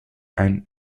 and